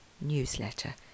newsletter